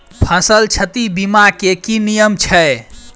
फसल क्षति बीमा केँ की नियम छै?